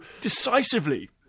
decisively